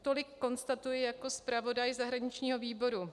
Tolik konstatuji jako zpravodaj zahraničního výboru.